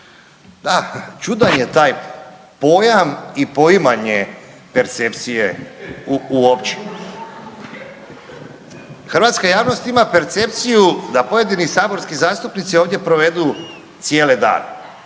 Da, čudan je taj pojam i poimanje percepcije uopće. Hrvatska javnost ima percepciju da pojedini saborski zastupnici ovdje provedu cijele dane.